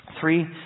three